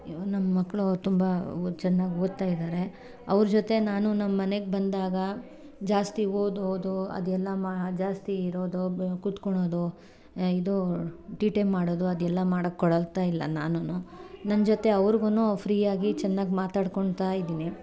ನಮ್ಮ ಮಕ್ಕಳು ತುಂಬ ಚೆನ್ನಾಗಿ ಓದ್ತಾ ಇದ್ದಾರೆ ಅವ್ರ ಜೊತೆ ನಾನು ನಮ್ಮನೆಗೆ ಬಂದಾಗ ಜಾಸ್ತಿ ಓದೋದು ಅದೆಲ್ಲ ಮಾ ಜಾಸ್ತಿ ಇರೋದು ಬ ಕುತ್ಕೊಳ್ಳೋದು ಇದು ತೀಟೆ ಮಾಡೋದು ಅದೆಲ್ಲ ಮಾಡೋಕ್ಕೆ ಕೊಡ್ತಾ ಇಲ್ಲ ನಾನೂ ನನ್ನ ಜೊತೆ ಅವ್ರಿಗೂ ಫ್ರೀಯಾಗಿ ಚೆನ್ನಾಗಿ ಮಾತಾಡ್ಕೋಳ್ತಾ ಇದ್ದೀನಿ